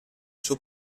suo